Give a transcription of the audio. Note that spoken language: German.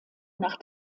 nach